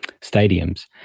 stadiums